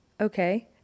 Okay